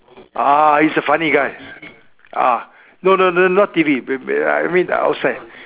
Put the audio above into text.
ah he's a funny guy ah no no no not T_V I mean uh outside